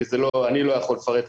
אני לא יכול לפרט,